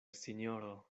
sinjoro